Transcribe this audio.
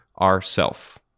ourself